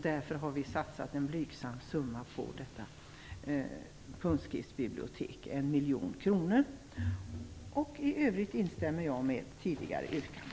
Därför har vi satsat en blygsam summa på punktskriftsbiblioteket - 1 miljon kronor. I övrigt instämmer jag i tidigare yrkanden från